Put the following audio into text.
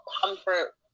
comfort